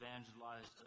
evangelized